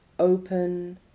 Open